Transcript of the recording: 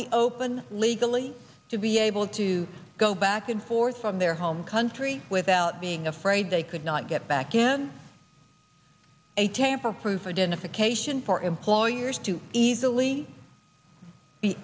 the open legally to be able to go back and forth from their home country without being afraid they could not get back in a tamper proof identification for employers to easily be